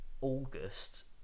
August